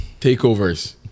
Takeovers